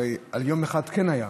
הרי ליום אחד כן היה.